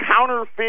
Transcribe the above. counterfeit